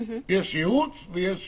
יש ייעוץ, ויש